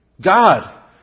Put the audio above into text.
God